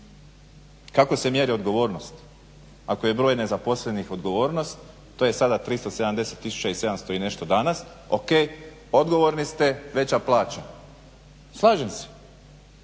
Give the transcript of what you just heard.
Kako se mjere odgovornosti ako je broj nezaposlenih odgovornost, to je sada 370 700 i nešto danas, ok odgovorni ste, veća plaća. Slažem se,